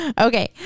okay